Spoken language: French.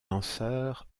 danseur